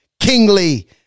kingly